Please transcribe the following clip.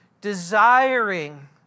desiring